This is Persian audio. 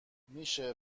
میشه